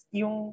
yung